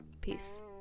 peace